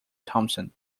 thompson